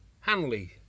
Hanley